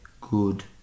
good